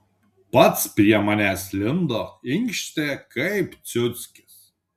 pats prie manęs lindo inkštė kaip ciuckis